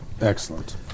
Excellent